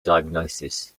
diagnosis